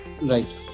Right